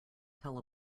tell